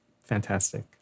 fantastic